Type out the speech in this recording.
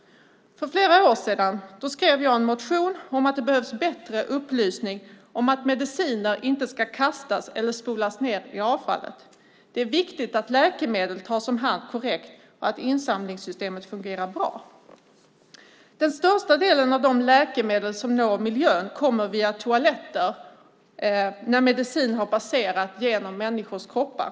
För flera år sedan skrev jag en motion om att det behövs bättre upplysning om att mediciner inte ska kastas eller spolas ned i avfallet. Det är viktigt att läkemedel tas om hand korrekt och att insamlingssystemet fungerar bra. Den största delen av de läkemedel som når miljön kommer via toaletter när medicin har passerat genom människors kroppar.